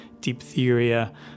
diphtheria